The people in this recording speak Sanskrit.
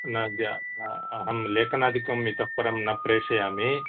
न अद्य अहं लेखनादिकम् इतःपरं न प्रेषयामि